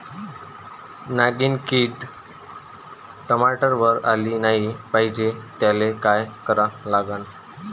नागिन किड टमाट्यावर आली नाही पाहिजे त्याले काय करा लागन?